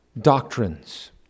doctrines